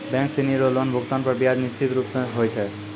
bank सिनी रो loan भुगतान पर ब्याज निश्चित रूप स होय छै